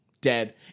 dead